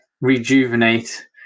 rejuvenate